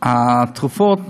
התרופות בסל,